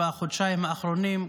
בחודשיים האחרונים,